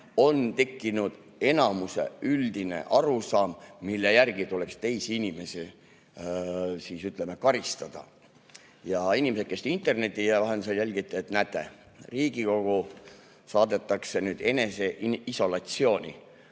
on tekkinud enamuse üldine arusaam, mille järgi tuleks teisi inimesi karistada. Ja, inimesed, kes te meid interneti vahendusel jälgite, te näete, et Riigikogu saadetakse nüüd eneseisolatsiooni.